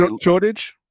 shortage